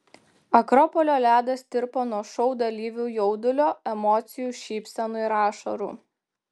akropolio ledas tirpo nuo šou dalyvių jaudulio emocijų šypsenų ir ašarų